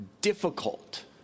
difficult